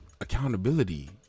accountability